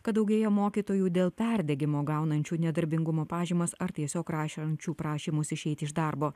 kad daugėja mokytojų dėl perdegimo gaunančių nedarbingumo pažymas ar tiesiog rašančių prašymus išeiti iš darbo